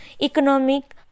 economic